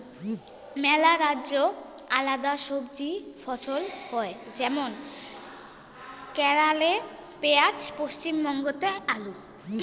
মেলা রাজ্যে আলাদা সবজি ফছল হই যেমন কেরালে পেঁয়াজ, পশ্চিমবঙ্গতে আলু